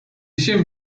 się